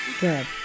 Good